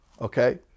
Okay